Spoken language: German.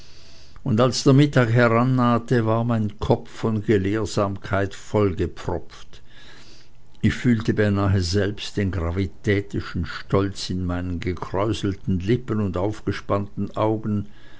und als der mittag herannahte war mein kopf von gelehrsamkeit vollgepfropft ich fühlte beinahe selbst den gravitätischen stolz in meinen gekräuselten lippen und aufgespannten augen